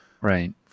Right